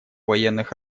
военных